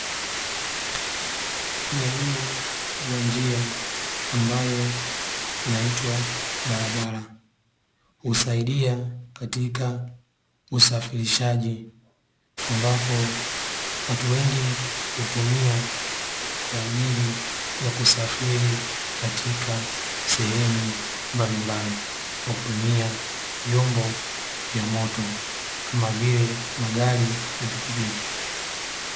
Ni aina ya njia ambayo inaitwa barabara, husaidia katika usafirishaji, ambapo watu wengi hutumia kwa ajili ya kusafiri katika sehemu mbalimbali kwa kutumia vyombo vya moto kama vile magari na pikipiki.